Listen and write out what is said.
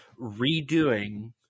redoing